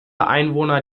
einwohner